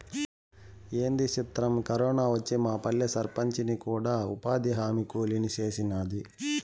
ఏంది సిత్రం, కరోనా వచ్చి మాపల్లె సర్పంచిని కూడా ఉపాధిహామీ కూలీని సేసినాది